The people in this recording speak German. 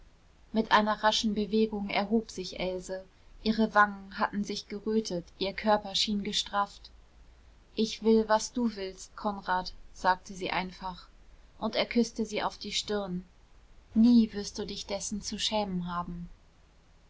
mit einer raschen bewegung erhob sich else ihre wangen hatten sich gerötet ihr körper schien gestrafft ich will was du willst konrad sagte sie einfach und er küßte sie auf die stirn nie wirst du dich dessen zu schämen haben